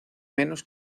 menos